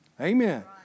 Amen